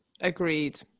Agreed